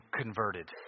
converted